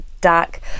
dark